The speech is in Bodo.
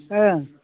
ओं